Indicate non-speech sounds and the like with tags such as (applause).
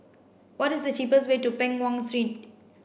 what is the cheapest way to Peng Nguan (unintelligible)